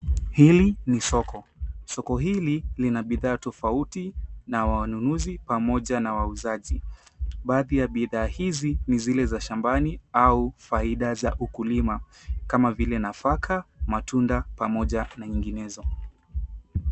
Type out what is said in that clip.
Hili ni soko. Soko hili lina bidhaa tofauti na wanunuzi pamoja na wauzaji. Baadhi ya bidhaa hizi ni zile za shambani au faida za ukulima kama vile nafaka, matunda pamoja na nyinginezo.